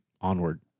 Onward